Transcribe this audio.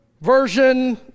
version